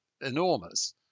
enormous